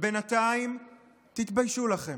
בינתיים תתביישו לכם.